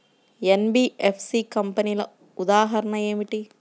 NBFC కంపెనీల ఉదాహరణ ఏమిటి?